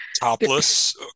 topless